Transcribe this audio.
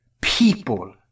people